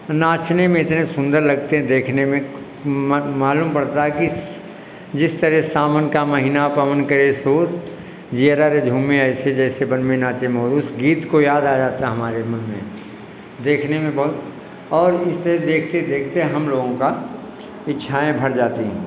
नाचने में इतने सुन्दर लगते हैं देखने में म मालूम पड़ता है कि जिस तरह सावन का महीना पवन करे शोर जियरा रे झूमे ऐसे जैसे वन में नाचे मोर उस गीत को याद आ जाता हमारे मन में देखने में बहुत और इस तरह देखते देखते हम लोगों की इच्छाएँ भर जाती है